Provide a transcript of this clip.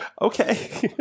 Okay